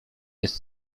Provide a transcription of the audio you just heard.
jest